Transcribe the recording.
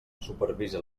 supervisa